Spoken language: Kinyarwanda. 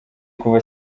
kuva